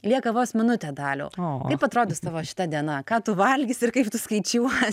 lieka vos minutė daliau kaip atrodys tavo šita diena ką tu valgysi ir kaip tu skaičiuosi